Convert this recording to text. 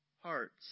hearts